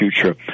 future